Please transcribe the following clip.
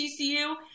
tcu